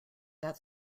that